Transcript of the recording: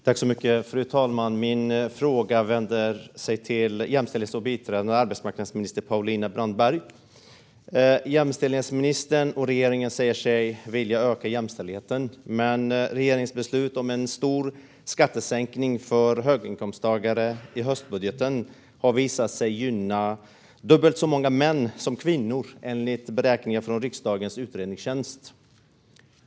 Fru talman! Jag vänder mig till jämställdhetsminister och biträdande arbetsmarknadsminister Paulina Brandberg med min fråga. Jämställdhetsministern och regeringen säger sig vilja öka jämställdheten, men regeringens beslut i höstbudgeten om en stor skattesänkning för höginkomsttagare har visat sig gynna dubbelt så många män som kvinnor, enligt beräkningar från riksdagens utredningstjänst.